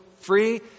free